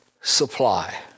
supply